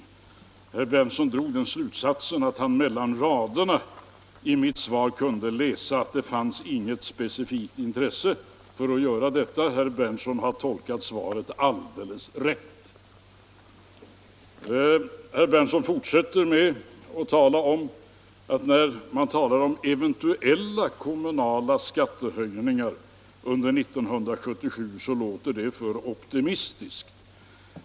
Herr Berndtson drog den slutsatsen att han mellan raderna i mitt svar kunde läsa att det fanns inget specifikt intresse för att göra detta. Herr Berndtson har tolkat svaret alldeles rätt. Herr Berndtson fortsätter med att säga att när man talar om ”eventuella” kommunala skattehöjningar under 1977, så låter det för opti mistiskt.